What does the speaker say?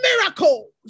miracles